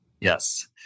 Yes